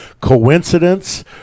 coincidence